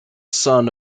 son